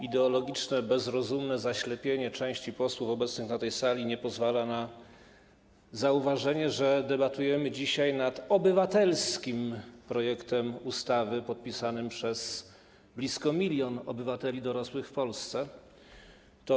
Ideologiczne, bezrozumne zaślepienie części posłów obecnych na tej sali nie pozwala na zauważenie, że debatujemy dzisiaj nad obywatelskim projektem ustawy podpisanym przez blisko milion dorosłych obywateli Polski.